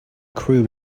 crew